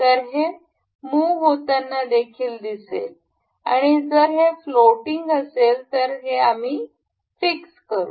तर ते मूव होताना देखील दिसेल आणि जर हे फ्लोटिंग असेल तर आम्ही हे फिक्स करू